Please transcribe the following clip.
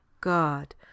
God